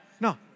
no